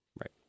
right